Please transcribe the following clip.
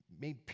made